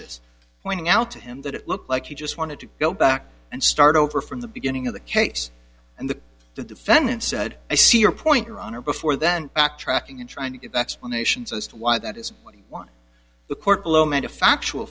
this pointing out to him that it looked like he just wanted to go back and start over from the beginning of the case and the the defendant said i see your point your honor before then backtracking in trying to explanation just why that is why the court below meant a factu